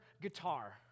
guitar